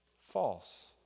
false